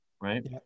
right